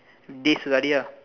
days to study lah